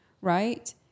Right